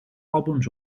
albums